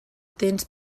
tens